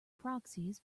proxies